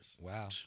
Wow